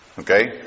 Okay